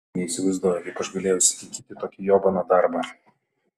neįsivaizduoju kaip aš galėjau įsikinkyti į tokį jobaną darbą